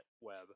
web